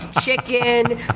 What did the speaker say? chicken